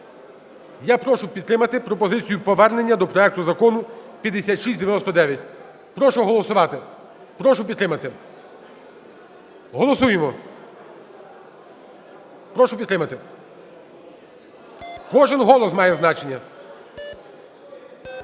Я прошу підтримати пропозицію повернення до проекту Закону 5699. Прошу голосувати. Прошу підтримати. Голосуємо! Прошу підтримати. Кожен голос має значення.